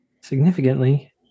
significantly